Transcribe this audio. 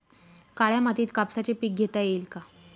काळ्या मातीत कापसाचे पीक घेता येईल का?